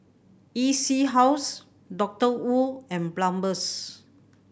E C House Doctor Wu and Palmer's